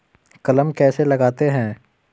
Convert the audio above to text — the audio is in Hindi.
कलम कैसे लगाते हैं?